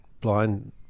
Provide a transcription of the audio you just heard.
blind